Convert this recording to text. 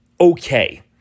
okay